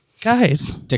Guys